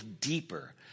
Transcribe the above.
deeper